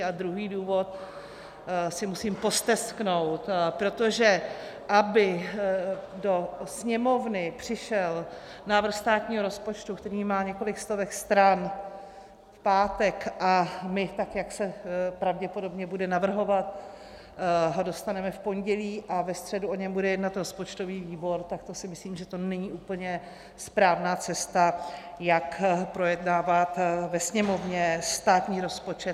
A druhý důvod, si musím postesknout, protože aby do Sněmovny přišel návrh státního rozpočtu, který má několik stovek stran, v pátek a my, tak jak se pravděpodobně bude navrhovat, ho dostaneme v pondělí a ve středu o něm bude jednat rozpočtový výbor, tak to si myslím, že to není úplně správná cesta, jak projednávat ve Sněmovně státní rozpočet.